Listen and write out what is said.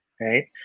right